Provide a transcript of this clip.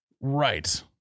Right